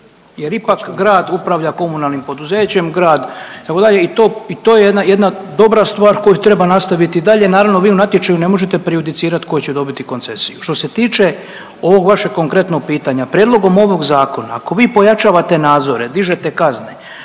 jer ipak grad upravlja komunalnim poduzećem, grad itd. i to, i to je jedna, jedna dobra stvar koju treba nastaviti i dalje, naravno vi u natječaju ne možete prejudicirat ko će dobiti koncesiju. Što se tiče ovog vašeg konkretnog pitanja, prijedlogom ovog zakona ako vi pojačavate nadzore, dižete kazne,